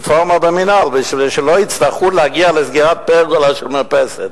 רפורמה במינהל כדי שלא יצטרכו להגיע בשביל סגירת פרגולה של מרפסת.